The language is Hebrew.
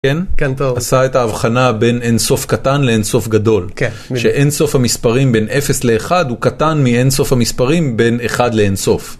כן, קנטור עשה את ההבחנה בין אינסוף קטן לאינסוף גדול. כן. שאינסוף המספרים בין 0 ל-1 הוא קטן מאינסוף המספרים בין 1 לאינסוף.